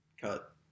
Cut